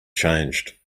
changed